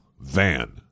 Van